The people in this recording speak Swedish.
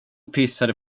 pissade